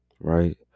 right